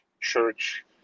church